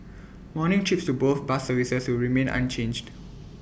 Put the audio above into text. morning trips to both bus services will remain unchanged